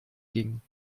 ging